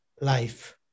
life